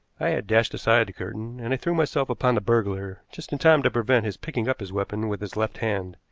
i had dashed aside the curtain, and i threw myself upon the burglar just in time to prevent his picking up his weapon with his left hand.